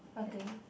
what thing